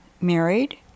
married